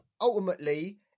ultimately